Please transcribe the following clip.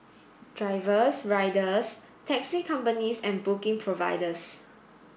drivers riders taxi companies and booking providers